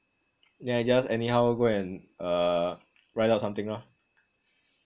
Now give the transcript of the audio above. yah just anyhow go and uh write out something lor